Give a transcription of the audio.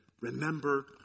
remember